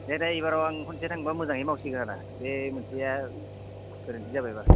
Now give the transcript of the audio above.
दे दे इबाराव खनसे थांब्ला मोजाङै मावसिगोन आदा बे मोनसेया गोरोन्थि जाबायब्ला